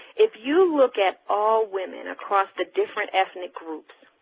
if you look at all women across the different ethnic groups,